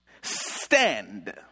Stand